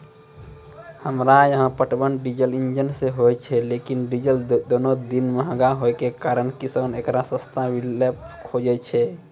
हमरा यहाँ पटवन डीजल इंजन से होय छैय लेकिन डीजल दिनों दिन महंगा होय के कारण किसान एकरो सस्ता विकल्प खोजे छैय?